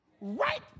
right